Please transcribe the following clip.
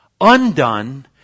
undone